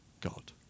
God